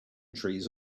trees